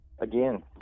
again